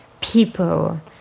people